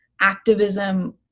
activism